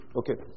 okay